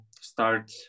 start